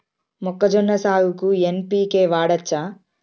మొక్కజొన్న సాగుకు ఎన్.పి.కే వాడచ్చా?